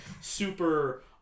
super